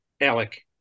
ALEC